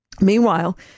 Meanwhile